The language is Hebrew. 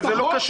אבל זה לא קשור.